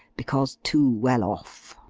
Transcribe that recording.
because too well off.